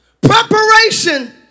Preparation